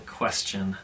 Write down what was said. question